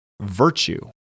Virtue